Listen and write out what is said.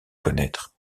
connaître